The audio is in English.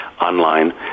online